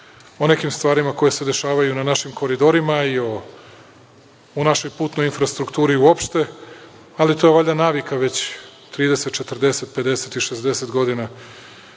o nekim stvarima koje se dešavaju na našim koridorima i u našoj putnoj infrastrukturi uopšte, ali to je valjda navika već 30, 40, 50 i 60 godina,